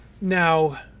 Now